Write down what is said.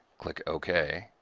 click ok.